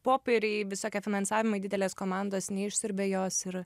popieriai visokie finansavimai didelės komandos neišsiurbė jos ir